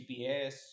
gps